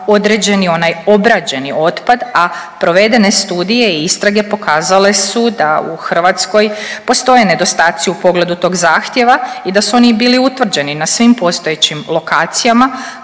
određeni onaj obrađeni otpad, a provedene studije i istrage pokazale su da u Hrvatskoj postoje nedostaci u pogledu tog zahtjeva i da su i oni bili utvrđeni na svim postojećim lokacijama